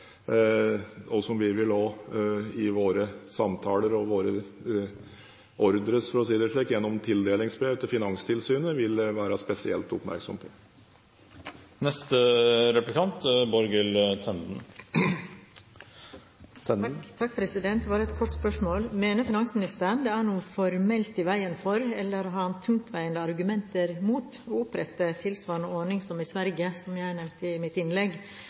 som vi også i våre samtaler og våre ordrer, for å si det slik, gjennom tildelingsbrev til Finanstilsynet, vil være spesielt oppmerksom på. Bare et kort spørsmål: Mener finansministeren at det er noe formelt i veien for – eller har han tungtveiende argumenter mot – å opprette en tilsvarende ordning som den de har i Sverige, som jeg nevnte i mitt innlegg,